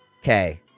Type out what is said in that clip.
Okay